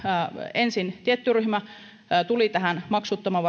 ensin tietty ryhmä tuli tähän maksuttoman